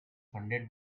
funded